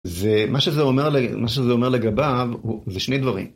ומה שזה אומר ל, מה שזה אומר לגביו זה שני דברים.